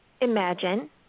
imagine